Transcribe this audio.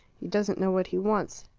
he doesn't know what he wants.